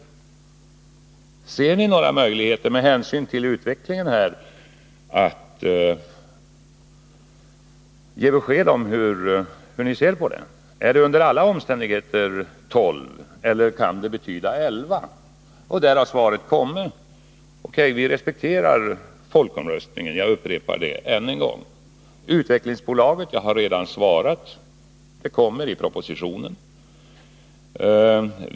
Finner ni några möjligheter med hänsyn till utvecklingen att ge besked om hur ni ser på det? Är det under alla omständigheter tolv, eller kan det betyda elva? Och svaret har kommit. Därmed är frågan utagerad. Vi respekterar folkomröstningen; jag upprepar det än en gång. Utvecklingsbolaget — jag har redan svarat att det kommer att tas upp i propositionen.